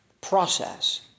process